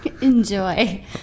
Enjoy